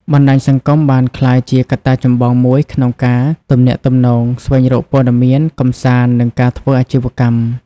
បណ្តាញសង្គមបានក្លាយជាកត្តាចម្បងមួយក្នុងការទំនាក់ទំនង ស្វែងរកព័ត៌មាន កម្សាន្ត និងការធ្វើអាជីវកម្ម។